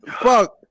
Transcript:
Fuck